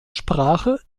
sprache